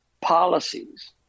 policies